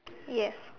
yes